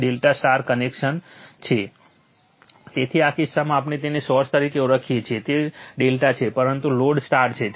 તેથી આ કિસ્સામાં આપણે તેને સોર્સ તરીકે ઓળખીએ છીએ તે ∆ છે પરંતુ લોડ સ્ટાર છે